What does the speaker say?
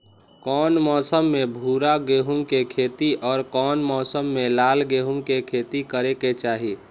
कौन मौसम में भूरा गेहूं के खेती और कौन मौसम मे लाल गेंहू के खेती करे के चाहि?